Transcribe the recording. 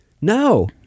No